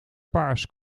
paars